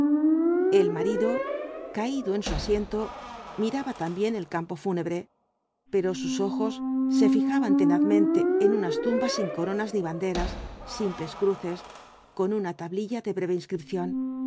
el marido caído en su asiento miraba también el campo fúnebre pero sus ojos se fijaban tenazmente en unas tumbas sin coronas ni banderas simples cruces con una tablilla de breve inscripción